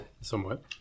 Somewhat